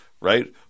right